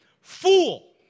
Fool